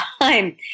time